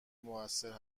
موثرتر